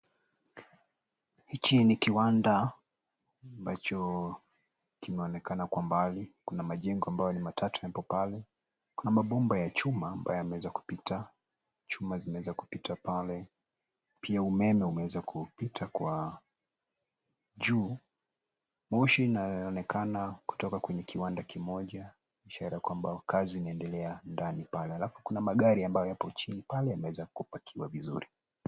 Hichi ni kiwanda, ambacho kinaonekana kwa mbali. Kuna majengo ambayo ni matatu yapo pale, kuna mabomba ya chuma ambayo yameweza kupita, chuma zimeweza kupita pale, pia umeme umeweza kupita kwa, juu. Moshi inayoonekana kutoka kwenye kiwanda kimoja, ishara ya kwamba kazi inayoendelea pale, alafu kuna magari ambayo yapo chini pale yameweza kupakiwa vizuri.